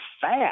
fast